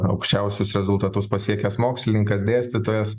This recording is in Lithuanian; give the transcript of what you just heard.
aukščiausius rezultatus pasiekęs mokslininkas dėstytojas